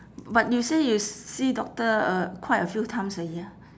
but you say you see doctor uh quite a few times a year